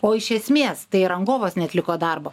o iš esmės tai rangovas neatliko darbo